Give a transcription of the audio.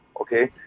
okay